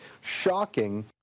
Shocking